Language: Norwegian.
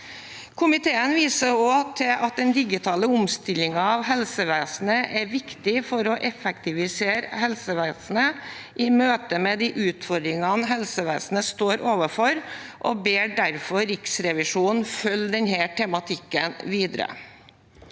Komiteen viser også til at den digitale omstillingen av helsevesenet er viktig for å effektivisere helsevesenet i møte med de utfordringene det står overfor, og ber derfor Riksrevisjonen følge denne tematikken videre.